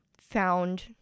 found